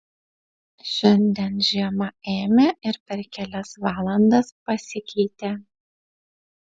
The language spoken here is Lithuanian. šiandien žiema ėmė ir per kelias valandas pasikeitė